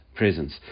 Presence